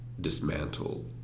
dismantle